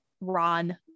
Ron